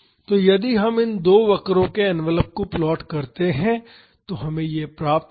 तो यदि हम इन दो वक्रों के एनवेलप को प्लॉट करते हैं तो हमें यह प्राप्त होगा